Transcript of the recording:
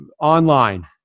online